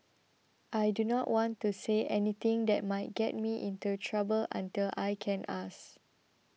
I do not want to say anything that might get me into trouble until I can ask